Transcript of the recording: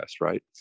right